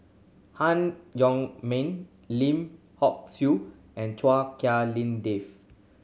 Han Yong May Lim Hock Siew and Chua Lim Dave